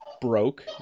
broke